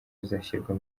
bizashyirwa